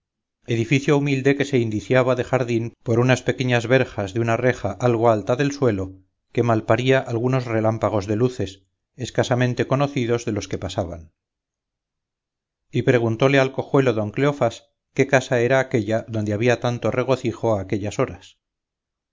edificio humilde que se indiciaba de jardín por unas pequeñas verjas de una reja algo alta del suelo que malparía algunos relámpagos de luces escasamente conocidos de los que pasaban y preguntóle al cojuelo don cleofás qué casa era aquella donde había tanto regocijo a aquellas horas